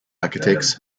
architects